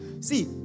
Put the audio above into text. See